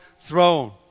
throne